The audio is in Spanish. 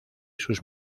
sus